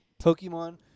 Pokemon